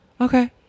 okay